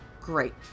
great